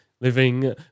Living